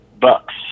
bucks